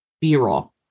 B-roll